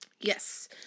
Yes